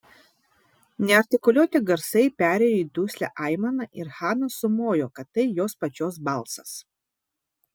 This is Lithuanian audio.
neartikuliuoti garsai perėjo į duslią aimaną ir hana sumojo kad tai jos pačios balsas